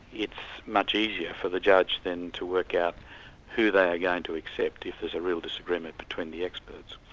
it's much easier for the judge then to work out who they are going to accept if there's a real disagreement between the experts.